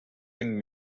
been